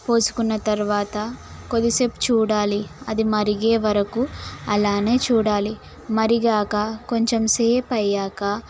పోసుకున్న తర్వాత కొద్దిసేపు చూడాలి అది మరిగే వరకు అలాగే చూడాలి మరిగాక కొంచెం సేపు అయ్యాక